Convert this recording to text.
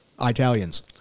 Italians